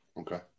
Okay